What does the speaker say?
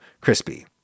crispy